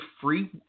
free